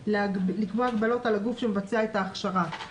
לקבוע הגבלות על הגוף שמבצע את ההכשרה,